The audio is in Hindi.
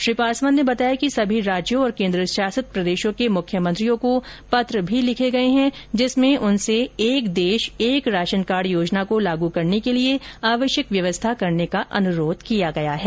श्री पासवान ने बताया कि सभी राज्य और केन्द्र शासित प्रदेशों के मुख्यमंत्रियों को पत्र भी लिखे गए है जिसमें उनसे एक देश एक राशनकार्ड योजना को लागू करने के लिए आवश्यक व्यवस्था करने का अनुरोध किया गया है